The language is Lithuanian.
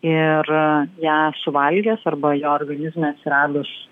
ir ją suvalgęs arba jo organizme atsiradus